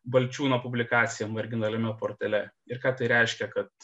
balčiūno publikacija marginaliame portale ir ką tai reiškia kad